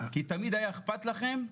כי תמיד היה אכפת לכם,